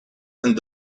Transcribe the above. and